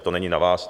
To není na vás.